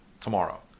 tomorrow